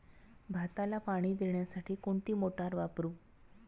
भाताला पाणी देण्यासाठी कोणती मोटार वापरू?